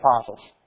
apostles